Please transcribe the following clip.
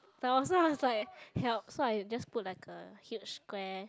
fell off so I was like help so I just put like a huge square